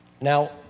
Now